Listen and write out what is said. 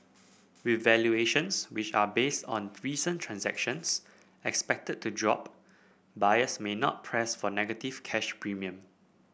with valuations which are based on recent transactions expected to drop buyers may not press for negative cash premium